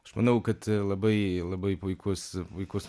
aš manau kad labai labai puikus puikus